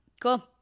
cool